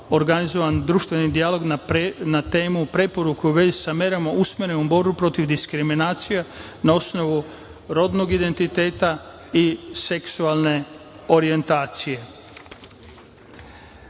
organizovan je društveni dijalog na temu preporuka u vezi sa merama usmerenih u borbu protiv diskriminacija na osnovu rodnog identiteta i seksualne orijentacije. Kada